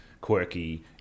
quirky